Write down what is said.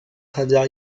参加